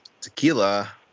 tequila